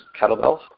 kettlebells